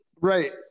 Right